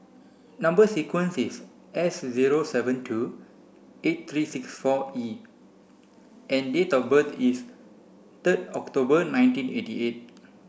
number sequence is S zero seven two eight three six four E and date of birth is third October nineteen eighty eight